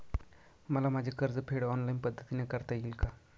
मला माझे कर्जफेड ऑनलाइन पद्धतीने करता येईल का?